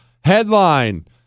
Headline